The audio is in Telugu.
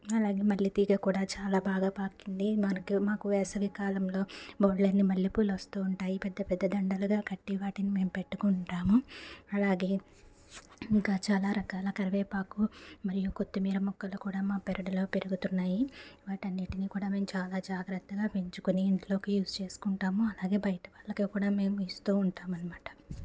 అలాగే మళ్ళీ తీగ కూడా చాలా బాగా పాకింది మనకి మాకు వేసవికాలంలో బోల్డన్ని మల్లెపూలు వస్తూ ఉంటాయి పెద్దపెద్ద దండలుగా కట్టి వాటిని మేము పెట్టుకుంటాము అలాగే ఇంకా చాలా రకాల కరివేపాకు మరియు కొత్తిమీర మొక్కలు కూడా మా పెరటిలో పెరుగుతున్నాయి వాటన్నిటిని కూడా నేను చాలా జాగ్రత్తగా పెంచుకొని ఇంట్లోకి యూస్ చేసుకుంటాము అలాగే బయట వాళ్లకి కూడా ఇస్తూ ఉంటాము అనమాట